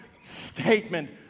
statement